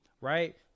right